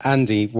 Andy